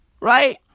right